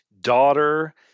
daughter